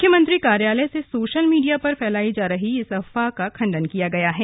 मुख्यमंत्री कार्यालय ने सोशल मीडिया पर फैलाई जा रही इस अफवाह का खंडन किया है